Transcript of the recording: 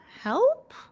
help